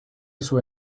sus